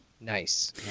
Nice